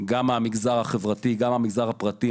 גם מהמגזר החברתי וגם מהמגזר הפרטי.